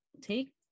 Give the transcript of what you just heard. take